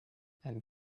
and